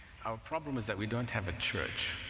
our problem is that we don't have a church